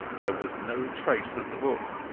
there was no trace of the book.